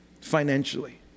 financially